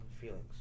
feelings